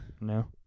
No